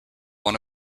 one